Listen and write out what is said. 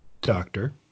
doctor